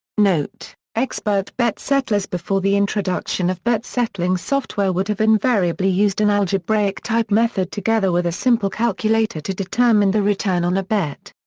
note expert bet settlers before the introduction of bet-settling software would have invariably used an algebraic-type method together with a simple calculator to determine the return on a bet.